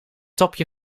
topje